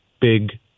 big